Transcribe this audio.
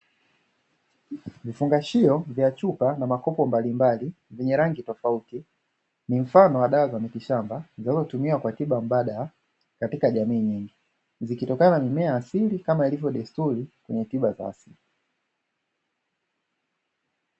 Vifungashio vya chupa na makopo mbalimbali, vyenye rangi tofauti. Ni mfano wa dawa za mitishamba zinazotumiwa kwa tiba mbadala katika jamii nyingi, zikitokana na mimea asili kama ilivyo desturi kwenye tiba za asili.